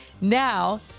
now